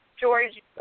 George